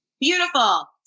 Beautiful